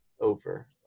over